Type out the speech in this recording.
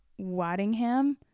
Waddingham